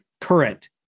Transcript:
current